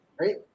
right